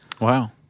Wow